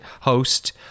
host